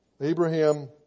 Abraham